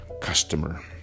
customer